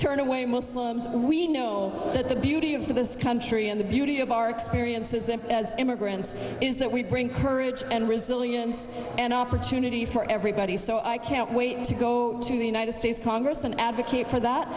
turn away muslims we know that the beauty of this country and the beauty of our experiences and as immigrants is that we bring courage and resilience and opportunity for everybody so i can't wait to go to the united states congress and advocate for that